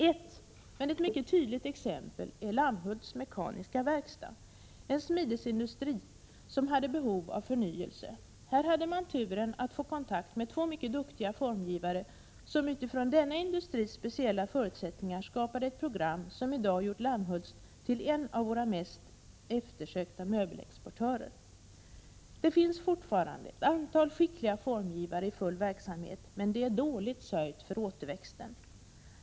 Ett — men ett mycket tydligt — exempel är Lammhults Mekaniska AB, en smidesindustri som hade behov av förnyelse. Här hade man turen att få kontakt med två mycket duktiga formgivare, som utifrån denna industris speciella förutsättningar skapade ett program som i dag gjort Lammhult till en av våra mest eftersökta möbelexportörer. Det finns fortfarande ett antal skickliga formgivare i full verksamhet, men det är dåligt sörjt för återväxten.